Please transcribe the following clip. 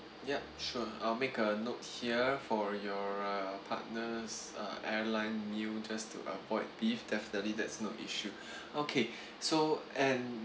yup sure I'll make a note here for your uh partners airline meal just to avoid beef definitely that's no issue okay so and